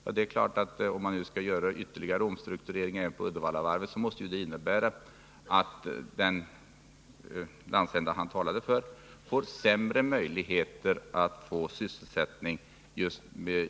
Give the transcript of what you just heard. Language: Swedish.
Och det är klart att om man skall göra ytterligare omstruktureringar vid Uddevallavarvet måste det innebära sämre möjligheter för just Uddevallaregionen att få sysselsättning.